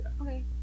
Okay